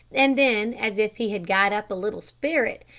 and then, as if he had got up a little spirit,